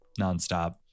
nonstop